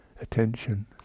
attention